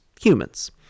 humans